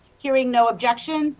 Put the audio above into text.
hearing no objection.